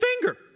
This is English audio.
finger